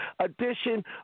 edition